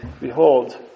Behold